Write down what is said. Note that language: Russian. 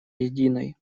единой